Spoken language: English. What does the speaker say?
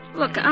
look